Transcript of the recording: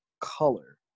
color